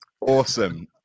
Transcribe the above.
Awesome